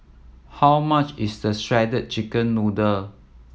how much is the shredded chicken noodle